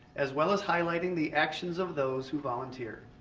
as well as highlighting the actions of those who volunteer.